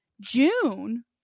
june